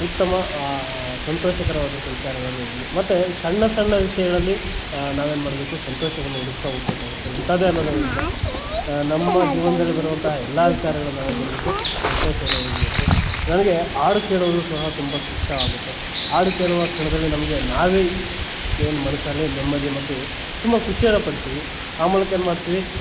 ಉತ್ತಮ ಸಂತೋಷಕರವಾದಂಥ ವಿಚಾರಗಳನ್ನು ನೋಡ್ಬೋದು ಮತ್ತೆ ಸಣ್ಣ ಸಣ್ಣ ವಿಷಯಗಳಲ್ಲಿ ನಾವೇನು ಮಾಡಬೇಕು ಸಂತೋಷವನ್ನು ಹುಡುಕ್ತಾ ಹೋಗಬೇಕಾಗುತ್ತೆ ಇಂಥದ್ದೇ ಅನ್ನೋದೇನಿಲ್ಲ ನಮ್ಮ ಜೀವನದಲ್ಲಿ ಬರುವಂಥ ಎಲ್ಲ ವಿಚಾರಗಳನ್ನು ನಾವೇನು ಮಾಡಬೇಕು ಸಂತೋಷವನ್ನು ನೋಡಬೇಕು ನನಗೆ ಹಾಡು ಕೇಳೋದು ಸಹ ತುಂಬ ಇಷ್ಟ ಆಗುತ್ತೆ ಹಾಡು ಕೇಳುವ ಕ್ಷಣದಲ್ಲಿ ನಮಗೆ ನಾವೇ ಏನು ಮನಸ್ಸಲ್ಲಿ ನೆಮ್ಮದಿ ಮತ್ತು ತುಂಬ ಖುಷಿಯನ್ನು ಪಡ್ತೀವಿ ಆ ಮೂಲಕ ಏನು ಮಾಡ್ತೀವಿ